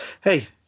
hey